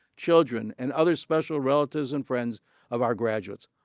children, and other special relatives and friends of our graduates.